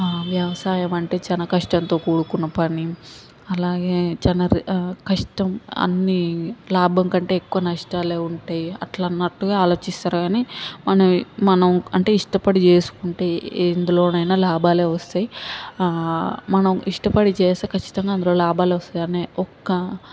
ఆ వ్యవసాయం అంటే చానా కష్టంతో కూడుకున్న పని అలాగే చాలా రి కష్టం అన్నీ లాభం కంటే ఎక్కువ నష్టాలే ఉంటాయి అట్లా అన్నట్టుగా ఆలోచిస్తారు కానీ మనం మనం అంటే ఇష్టపడి చేసుకుంటే ఎందులోనైనా లాభాలే వస్తాయి ఆ మనం ఇష్టపడి చేస్తే ఖచ్చితంగా అందులో లాభాలే వస్తాయి అని ఒక